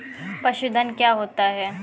पशुधन क्या होता है?